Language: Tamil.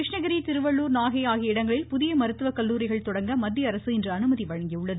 கிருஷ்ணகிரி திருவள்ளுர் நாகை ஆகிய இடங்களில் புதிய மருத்துவக் கல்லூரிகள் தொடங்க மத்திய அரசு இன்று அனுமதி வழங்கியுள்ளது